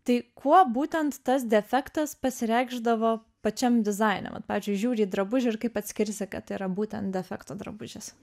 tai kuo būtent tas defektas pasireikšdavo pačiam dizaine vat pavyzdžiui žiūri į drabužį ir kaip atskirsi kad tai yra būtent defekto drabužis